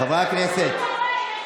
חברי הכנסת.